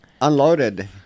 unloaded